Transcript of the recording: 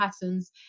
patterns